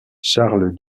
charles